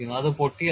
അത് പൊട്ടിയതാണ്